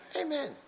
Amen